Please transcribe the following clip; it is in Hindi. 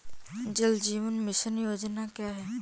जल जीवन मिशन योजना क्या है?